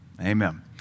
Amen